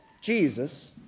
Jesus